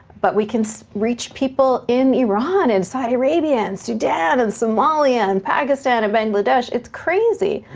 but we can so reach people in iran, in saudi arabia, and sudan, and somalia, and pakistan, and bangladesh. it's crazy,